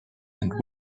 and